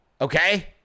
Okay